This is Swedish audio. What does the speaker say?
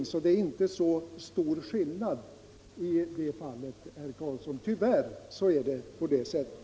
Tyvärr är det alltså inte så stor skillnad i det här fallet, herr Karlsson.